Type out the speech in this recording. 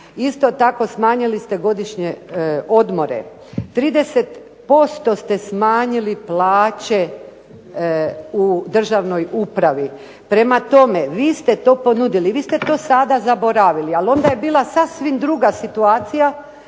isto tako smanjili ste godišnje odmore, 30% ste smanjili plaće u državnoj upravi. Vi ste to ponudili, vi ste to sada zaboravili, ali onda je bila sasvim druga situacija